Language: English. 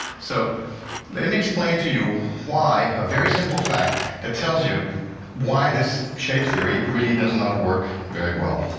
so let me explain to you why a very simple fact that tells you why this shape theory really does not work very well.